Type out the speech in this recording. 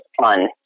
fun